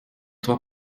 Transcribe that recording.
trois